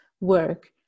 work